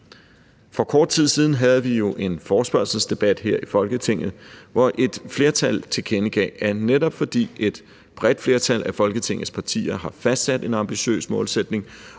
For kort tid siden havde vi en forespørgselsdebat her i Folketinget, hvor et flertal tilkendegav, at netop fordi et bredt flertal af Folketingets partier har fastsat en ambitiøs målsætning